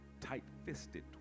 tight-fisted